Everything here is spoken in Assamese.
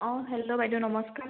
অঁ হেল্ল' বাইদেউ নমস্কাৰ